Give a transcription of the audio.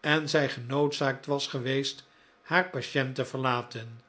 en zij genoodzaakt was geweest haar patient te verlaten